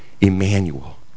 emmanuel